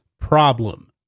problem